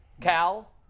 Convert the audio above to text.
Cal